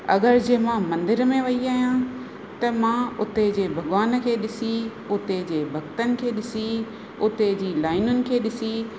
अगरि जंहिं मां मंदिर में वई आहियां त मां उते जे भॻिवान खे ॾिसी उते जे भक्तन खे ॾिसी उते जी लाइनुनि खे ॾिसी